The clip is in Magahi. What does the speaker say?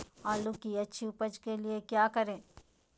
आलू की अच्छी उपज के लिए क्या करें?